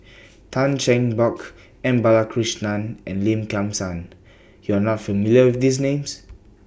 Tan Cheng Bock M Balakrishnan and Lim Kim San YOU Are not familiar with These Names